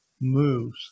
moves